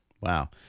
Wow